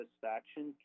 satisfaction